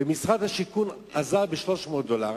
ומשרד השיכון עזר ב-300 דולר,